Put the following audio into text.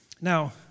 Now